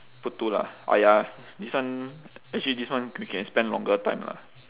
put two lah !aiya! this one actually this one we can spend longer time lah